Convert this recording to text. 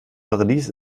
paradies